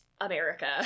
america